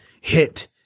hit